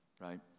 right